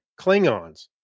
Klingons